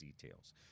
details